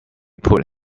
put